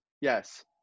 yes